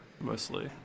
mostly